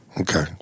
Okay